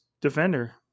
defender